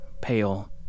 pale